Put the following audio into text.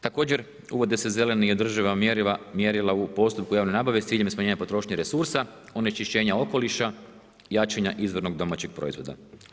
Također uvode se zelena i održiva mjerila u postpuku javne nabave sa ciljem smanjenja potrošnje resursa, onečišćenja okoliša, jačanja izvornog domaćeg proizvoda.